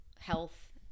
Health